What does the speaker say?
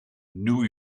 new